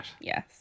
Yes